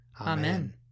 Amen